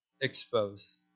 expose